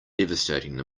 devastating